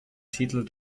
titel